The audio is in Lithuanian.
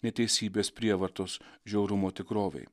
neteisybės prievartos žiaurumo tikrovei